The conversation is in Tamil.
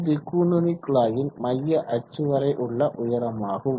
இது கூர்நுனிக்குழாயின் மைய அச்சு வரை உள்ள உயரமாகும்